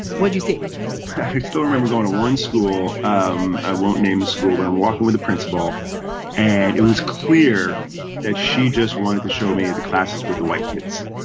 what do you see i still remember going to one school. um i won't name the school when i'm walking with the principal and it was clear that she just wanted to show me the classes with the white kids.